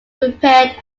repaired